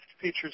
features